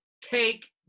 take